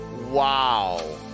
Wow